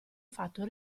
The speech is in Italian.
fatto